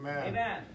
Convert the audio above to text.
Amen